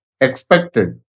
expected